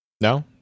No